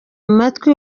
amatwi